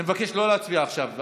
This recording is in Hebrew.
אני מבקש לא להצביע עכשיו,